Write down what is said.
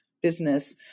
business